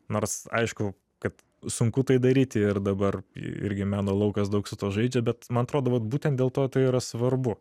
nors aišku kad sunku tai daryti ir dabar irgi meno laukas daug su tuo žaidžia bet man atrodo kad vat būtent dėl to tai yra svarbu